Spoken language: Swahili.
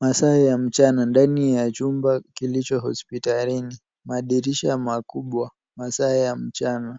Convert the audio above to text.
Masaa ya mchana ndani ya chumba kilicho hospitalini. Madirisha makubwa. Masaa ya mchana.